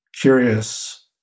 curious